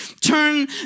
turn